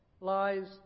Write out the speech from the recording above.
lies